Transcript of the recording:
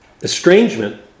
estrangement